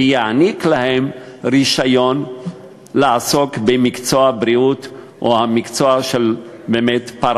ויעניק להם רישיון לעסוק במקצוע הבריאות או המקצוע הפארה-רפואי.